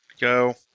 Go